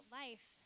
life